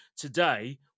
today